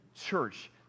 church